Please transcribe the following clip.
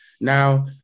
Now